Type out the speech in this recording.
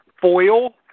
Foil